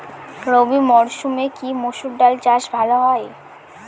রবি মরসুমে কি মসুর ডাল চাষ ভালো হয়?